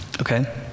Okay